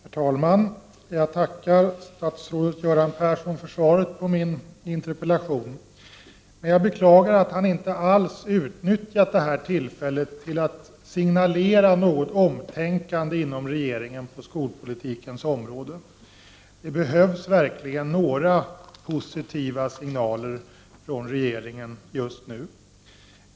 Herr talman! Jag tackar statsrådet Göran Persson för svaret på min interpellation. Jag beklagar att han inte alls har utnyttjat detta tillfälle till att signalera ett omtänkande inom regeringen på skolpolitikens område. Det behövs verkligen några positiva signaler från regeringen just nu.